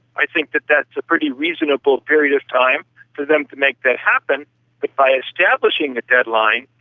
i think that that's a pretty reasonable period of time for them to make that happen. but by establishing a deadline,